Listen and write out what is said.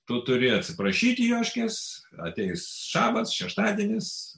tu turi atsiprašyti joškės ateis šabas šeštadienis